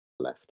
left